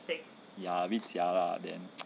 ya a bit 假 lah then